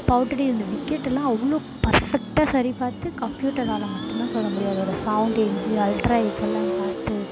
அப் out இந்த விக்கெட்டுலாம் அவ்வளோ பர்ஃபெக்டாக சரி பார்த்து கம்ப்யூட்டரால் மட்டும் தான் சொல்ல முடியும் அதோடு சௌண்டு எட்ஜு அல்ட்ரா எட்ஜெல்லாம் பார்த்து